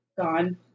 gone